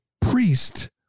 priest